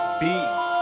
beats